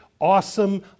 awesome